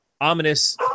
ominous